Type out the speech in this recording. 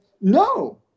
no